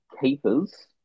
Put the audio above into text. keepers